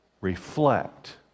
reflect